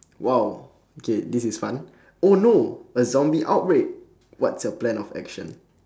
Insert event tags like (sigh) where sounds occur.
!wow! okay this is fun (breath) oh no a zombie outbreak what's your plan of action